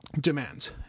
demands